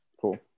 cool